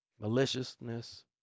maliciousness